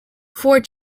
for